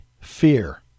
fear